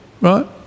right